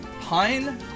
Pine